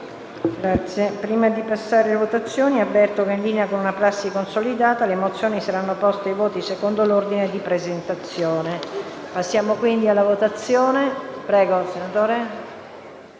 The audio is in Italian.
Prima di passare alla votazione, avverto che, in linea con una prassi consolidata, le mozioni saranno poste ai voti secondo l’ordine di presentazione. Passiamo alla votazione della mozione